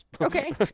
Okay